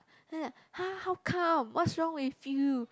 then like !huh! how come what's wrong with you